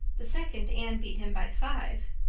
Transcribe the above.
the second anne beat him by five.